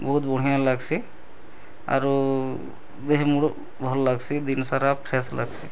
ବହୁତ୍ ବନ୍ହିଆ ଲାଗ୍ସି ଆରୁ ଦେହେ ମୋର ଭଲ୍ ଲାଗ୍ସି ଦିନସାରା ଫ୍ରେସ୍ ଲାଗ୍ସି